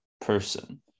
person